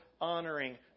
honoring